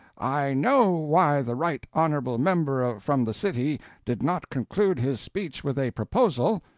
i know why the right honourable member from the city did not conclude his speech with a proposal.